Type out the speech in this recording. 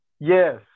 Yes